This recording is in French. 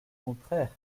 contraire